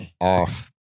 off